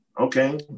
Okay